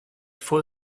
full